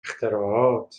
اختراعات